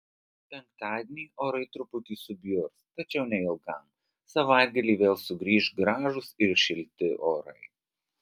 penktadienį orai truputį subjurs tačiau neilgam savaitgalį vėl sugrįš gražūs ir šilti orai